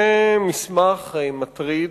זה מסמך מטריד,